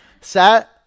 Set